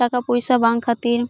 ᱴᱟᱠᱟ ᱯᱚᱭᱥᱟ ᱵᱟᱝ ᱠᱷᱟ ᱛᱤᱨ